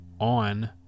on